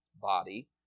body